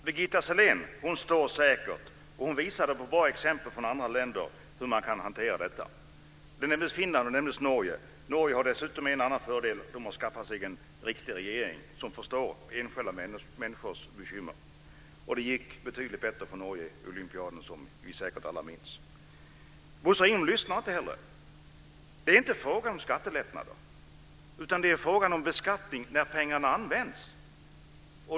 Herr talman! Birgitta Sellén står säkert. Hon visade genom bra exempel från andra länder hur man kan hantera detta. Finland och Norge nämndes. Norge har dessutom en annan fördel. De har skaffat sig en riktig regering, som förstår enskilda människors bekymmer. Och det gick betydligt bättre för Norge i olympiska spelen, vilket vi alla säkert minns. Bosse Ringholm lyssnar inte. Det är inte frågan om skattelättnader, utan det är frågan om beskattning när pengarna används.